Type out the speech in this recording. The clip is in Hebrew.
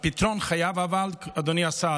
אדוני השר,